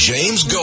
James